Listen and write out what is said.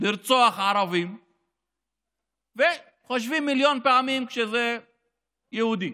לרצוח ערבים וחושבים מיליון פעמים כשזה יהודי.